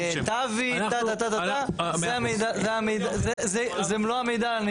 דוד, טה, טה, טה, זה מלוא המידע.